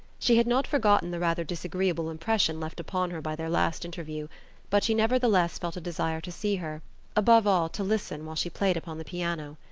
she had not forgotten the rather disagreeable impression left upon her by their last interview but she nevertheless felt a desire to see her above all, to listen while she played upon the piano.